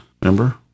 remember